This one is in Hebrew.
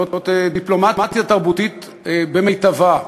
זאת דיפלומטיה תרבותית במיטבה.